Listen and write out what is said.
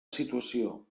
situació